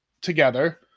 together